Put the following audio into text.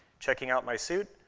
checking out my suit,